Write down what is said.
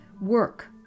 work